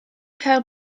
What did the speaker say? cael